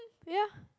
ya